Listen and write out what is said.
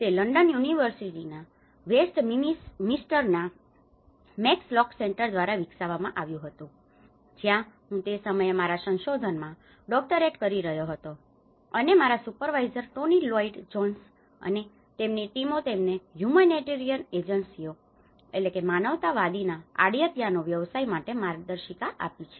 તે લંડન યુનિવર્સિટીના વેસ્ટ મિંસ્ટરના મેક્સ લોકસેન્ટર દ્વારા વિકસાવવામાં આવ્યું હતું જ્યાં હું તે સમયે મારા સંશોધનમાં ડોક્ટરેટ કરી રહ્યો હતો અને મારા સુપરવાઇઝર ટોની લોઇડ જોન્સ અને તેમની ટીમે તેઓને હ્યૂમનેટેરિયન એજન્સીઓ humanitarian agencies માનવતાવાદીના આડતિયાનો વ્યવસાય માટે માર્ગદર્શિકા આપી છે